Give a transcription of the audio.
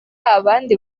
abandi